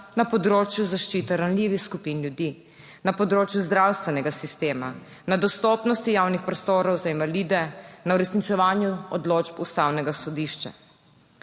na področju zaščite ranljivih skupin ljudi, na področju zdravstvenega sistema, na dostopnosti javnih prostorov za invalide, na uresničevanju odločb Ustavnega sodišča.